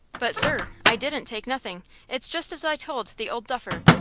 but, sir, i didn't take nothing it's just as i told the old duffer.